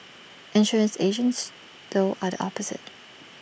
insurance agents though are the opposite